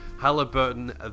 Halliburton